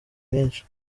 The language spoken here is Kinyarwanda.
myinshi